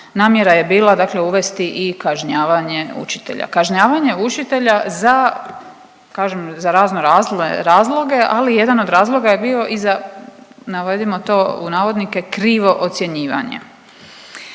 namjera je bila, dakle uvesti i kažnjavanje učitelja. Kažnjavanje učitelja za, kažem za razno razne razloge, ali jedan od razloga je bio i za navedimo to u navodnike krivo ocjenjivanje.